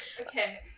Okay